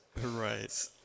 Right